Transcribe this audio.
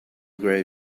grave